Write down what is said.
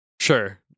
sure